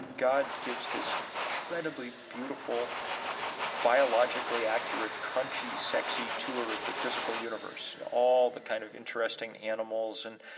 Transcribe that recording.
god gives this incredibly beautiful biologically accurate, crunchy, sexy tour of the physical universe. all the kind of interesting animals and,